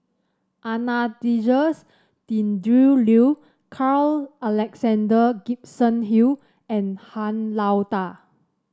Anastasia's Tjendri Liew Carl Alexander Gibson Hill and Han Lao Da